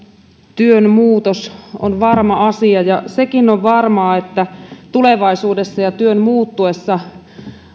työn muutos on varma asia sekin on varmaa että tulevaisuudessa ja työn muuttuessa